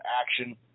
action